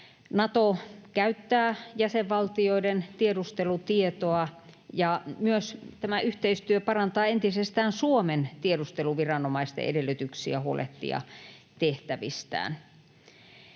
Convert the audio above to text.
Nato käyttää jäsenvaltioiden tiedustelutietoa, ja myös tämä yhteistyö parantaa entisestään Suomen tiedusteluviranomaisten edellytyksiä huolehtia tehtävistään.